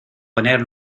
poner